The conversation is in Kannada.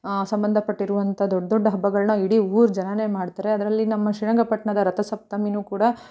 ಸಂಬಂಧಪಟ್ಟಿರುವಂಥ ದೊಡ್ಡ ದೊಡ್ಡ ಹಬ್ಬಗಳನ್ನ ಇಡೀ ಊರು ಜನಾನೇ ಮಾಡ್ತಾರೆ ಅದರಲ್ಲಿ ನಮ್ಮ ಶ್ರೀರಂಗಪಟ್ಟಣದ ರಥ ಸಪ್ತಮಿಯೂ ಕೂಡ